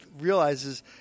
realizes